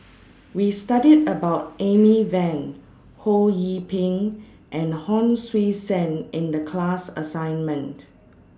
We studied about Amy Van Ho Yee Ping and Hon Sui Sen in The class assignment